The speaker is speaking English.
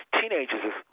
teenagers